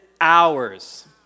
hours